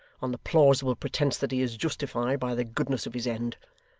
on the plausible pretence that he is justified by the goodness of his end.